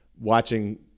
watching